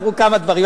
אמרו כמה דברים.